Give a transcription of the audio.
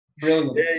brilliant